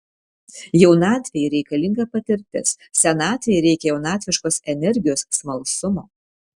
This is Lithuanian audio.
jaunatvei reikalinga patirtis senatvei reikia jaunatviškos energijos smalsumo